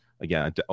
again